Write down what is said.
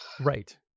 right